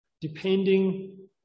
depending